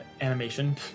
animation